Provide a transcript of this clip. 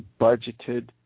budgeted